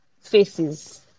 faces